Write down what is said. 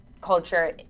culture